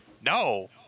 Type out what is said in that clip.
No